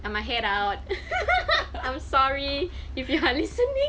and my head out but I'm sorry if you're listening